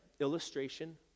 Illustration